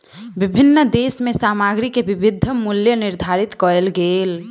विभिन्न देश में सामग्री के विभिन्न मूल्य निर्धारित कएल गेल